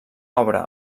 obra